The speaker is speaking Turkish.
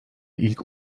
ilk